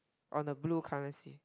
on the blue colour seat